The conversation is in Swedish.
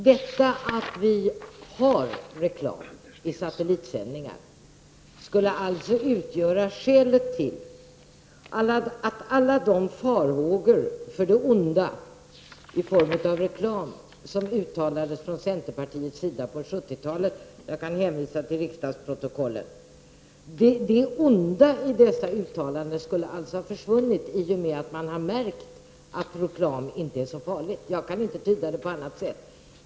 Det förhållande att vi har reklam i satellitsändningar skulle alltså utgöra skälet till att alla de farhågor för det onda i form av reklam som uttalades från centerpartiets sida under 70-talet — jag kan hänvisa till riksdagsprotokollen — skulle alltså ha försvunnit i och med att man har märkt att reklam inte är så farligt. Jag kan inte tyda det på annat sätt.